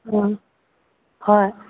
ꯎꯝ ꯍꯣꯏ